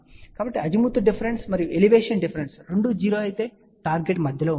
కాబట్టి azimuth difference మరియు elevation difference రెండూ 0 అయితే టార్గెట్ మధ్యలో ఉంటుంది